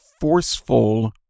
forceful